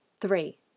Three